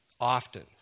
Often